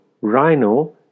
Rhino